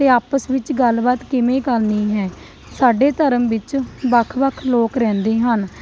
ਅਤੇ ਆਪਸ ਵਿੱਚ ਗੱਲਬਾਤ ਕਿਵੇਂ ਕਰਨੀ ਹੈ ਸਾਡੇ ਧਰਮ ਵਿੱਚ ਵੱਖ ਵੱਖ ਲੋਕ ਰਹਿੰਦੇ ਹਨ